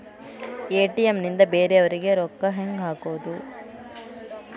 ATM ನಿಂದ ಬೇರೆಯವರಿಗೆ ರೊಕ್ಕ ಹೆಂಗ್ ಹಾಕೋದು?